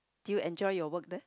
do you enjoy your work there